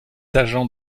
agents